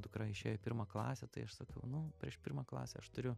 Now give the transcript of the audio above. dukra išėjo į pirmą klasę tai aš sakiau nu prieš pirmą klasę aš turiu